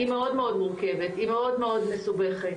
היא מאוד, מאוד מורכבת, היא מאוד, מאוד מסובכת,